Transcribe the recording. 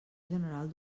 general